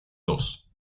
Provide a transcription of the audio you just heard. dos